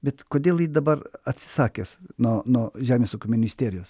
bet kodėl ji dabar atsisakęs nuo nuo žemės ūkio ministerijos